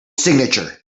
signature